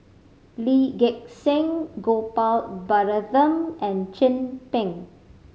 Lee Gek Seng Gopal Baratham and Chin Peng